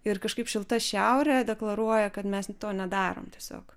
ir kažkaip šilta šiaurė deklaruoja kad mes to nedarom tiesiog